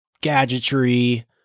gadgetry